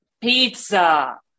Pizza